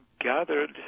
gathered